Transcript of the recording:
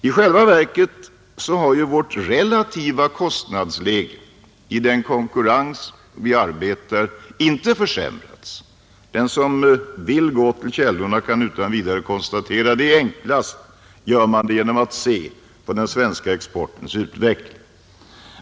I själva verket har vårt relativa kostnadsläge i den konkurrens vi arbetar under inte försämrats. Den som går till källorna kan utan vidare konstatera det. Enklast gör man det genom att se på den svenska exportens utveckling.